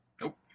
Nope